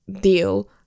deal